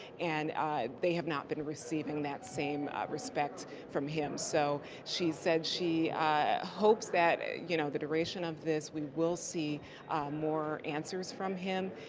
and they have not been receiving that same respect from him. so she said she hopes that and you know the duration of this we'll see more answers from him.